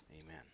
Amen